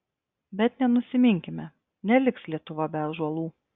bet nenusiminkime neliks lietuva be ąžuolų